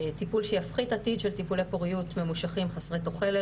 טיפול שיפחית עתיד של טיפולי פוריות ממושכים חסרי תוחלת